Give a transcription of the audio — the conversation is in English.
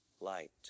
light